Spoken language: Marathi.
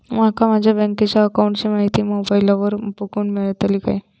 माका माझ्या बँकेच्या अकाऊंटची माहिती मोबाईलार बगुक मेळतली काय?